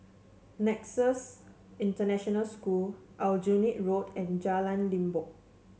Nexus International School Aljunied Road and Jalan Limbok